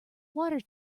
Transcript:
water